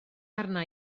arna